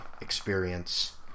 experience